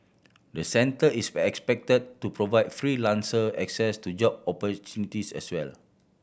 the centre is expected to provide freelancer access to job opportunities as well